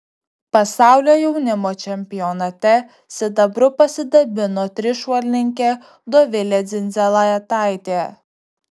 pasaulio jaunimo čempionate sidabru pasidabino trišuolininkė dovilė dzindzaletaitė